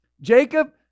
Jacob